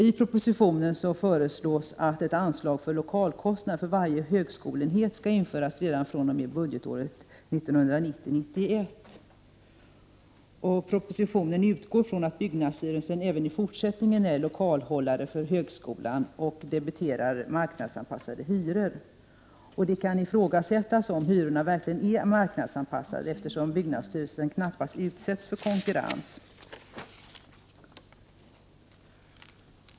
I propositionen föreslås att ett anslag för lokalkostnad för varje högskoleenhet skall införas redan fr.o.m. budgetåret 1990/91. Propositionen utgår ifrån att byggnadsstyrelsen även i fortsättningen är lokalhållare för högskolan och debiterar marknadsanpassade hyror. Det kan ifrågasättas om hyrorna verkligen är marknadsanpassade, efter som byggnadsstyrelsen knappast utsatts för konkurrens.